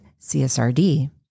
CSRD